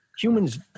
Humans